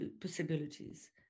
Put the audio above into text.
possibilities